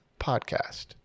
podcast